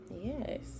yes